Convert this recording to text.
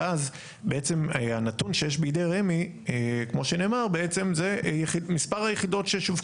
ואז בעצם הנתון שיש בידי רמ"י כמו שנאמר בעצם זה מספר היחידות ששווקו.